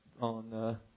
on